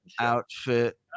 outfit